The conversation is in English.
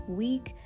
week